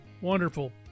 Wonderful